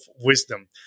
wisdom